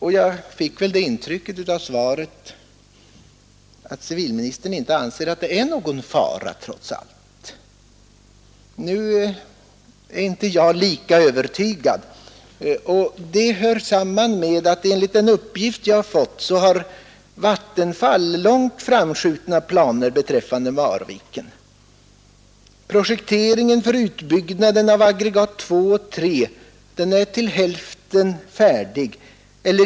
Av svaret fick jag intrycket att civilministern anser att det inte är någon fara trots allt. Jag är inte lika övertygad. Enligt uppgift jag fått har Vattenfall långt framskridna planer beträffande Marviken. Projekteringen för utbyggnad av aggregaten 2 och 3 är till hälften färdig.